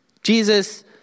Jesus